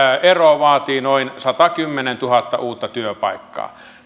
ero vaatii noin satakymmentätuhatta uutta työpaikkaa